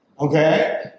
okay